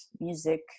music